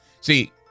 See